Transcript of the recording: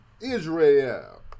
Israel